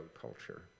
culture